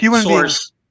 source